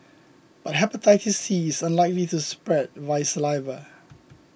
but Hepatitis C is unlikely to spread via saliva